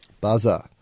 Buzzer